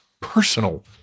personal